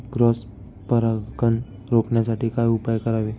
Cross परागकण रोखण्यासाठी काय उपाय करावे?